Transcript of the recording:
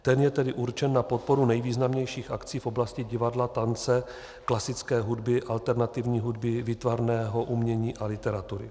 Ten je tedy určen na podporu nejvýznamnějších akcí v oblasti divadla, tance, klasické hudby, alternativní hudby, výtvarného umění a literatury.